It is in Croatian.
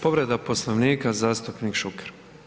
Povreda Poslovnika, zastupnik Šuker.